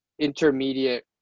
intermediate